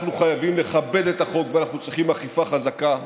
אנחנו חייבים לכבד את החוק ואנחנו צריכים אכיפה חזקה,